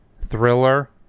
Thriller